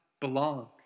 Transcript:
belong